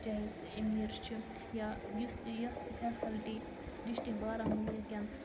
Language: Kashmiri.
چاہے سُہ امیٖر چھُ یا یُس تہِ یۄس تہِ فیسَلٹی ڈِشٹِک بارامُلہِ کیٚن